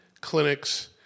clinics